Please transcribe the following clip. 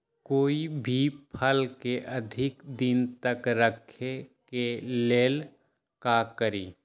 कोई भी फल के अधिक दिन तक रखे के लेल का करी?